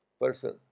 person